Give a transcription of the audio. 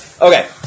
Okay